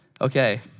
okay